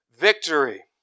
victory